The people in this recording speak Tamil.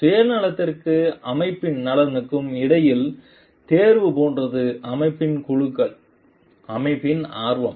சுயநலத்திற்கும் அமைப்பின் நலனுக்கும் இடையிலான தேர்வு போன்றது அமைப்பின் குழுக்கள் அமைப்பின் ஆர்வம்